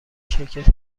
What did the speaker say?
شرکت